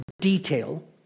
detail